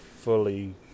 fully